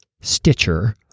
Stitcher